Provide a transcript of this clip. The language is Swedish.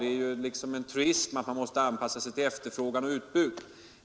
Det är liksom en truism att man måste anpassa sig till efterfrågan och utbud.